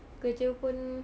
kerja pun